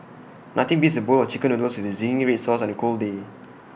nothing beats A bowl of Chicken Noodles with Zingy Red Sauce on A cold day